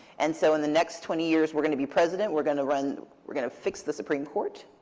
and so in the next twenty years, we're going to be president. we're going to run we're going to fix the supreme court.